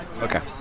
Okay